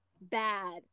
bad